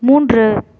மூன்று